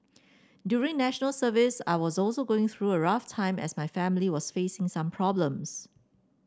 during National Service I was also going through a rough time as my family was facing some problems